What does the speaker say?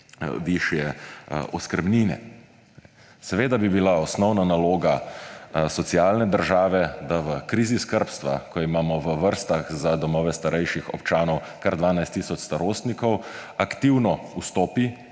višje oskrbnine. Seveda bi bila osnovna naloga socialne države, da v krizi skrbstva, ko imamo v vrstah za domove starejših občanov kar 12 tisoč starostnikov, aktivno vstopi